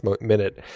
minute